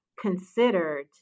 considered